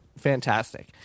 fantastic